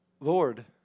Lord